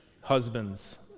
husbands